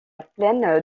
plaine